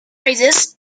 races